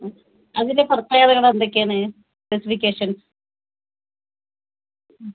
ആ അതിൻ്റെ പ്രത്യേകതകൾ എന്തൊക്കെയാണ് സ്പെസിഫിക്കേഷൻസ്